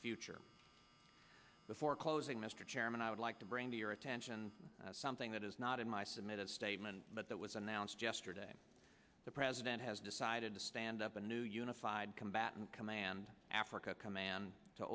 future before closing mr chairman i would like to bring to your attention something that is not in my submitted statement but that was announced yesterday the president has decided to stand up a new unified combatant command africa command to